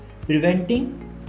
preventing